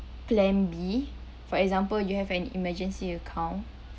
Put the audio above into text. plan B for example you have an emergency account